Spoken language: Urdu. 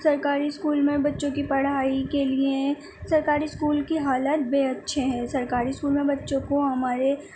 سرکاری اسکول میں بچوں کی پڑھائی کے لئے سرکاری اسکول کی حالت بھی اچھے ہیں سرکاری اسکول میں بچوں کو ہمارے